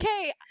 Okay